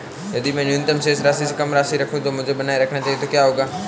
यदि मैं न्यूनतम शेष राशि से कम राशि रखूं जो मुझे बनाए रखना चाहिए तो क्या होगा?